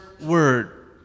word